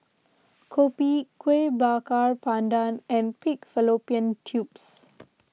Kopi Kueh Bakar Pandan and Pig Fallopian Tubes